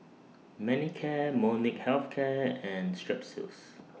Manicare Molnylcke Health Care and Strepsils